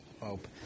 hope